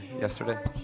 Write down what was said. yesterday